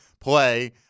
play